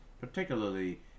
particularly